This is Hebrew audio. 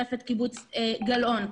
רפת קיבוץ גלאון,